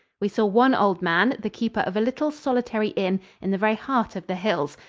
we saw one old man, the keeper of a little solitary inn in the very heart of the hills,